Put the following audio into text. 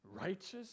Righteous